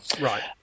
right